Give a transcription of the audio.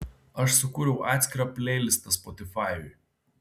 aš sukūriau atskirą pleilistą spotifajuj